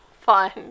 fun